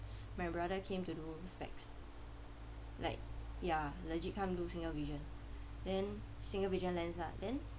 my brother came to do specs like ya legit come do single vision then single vision lens ah then